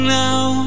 now